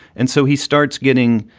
and so he starts getting,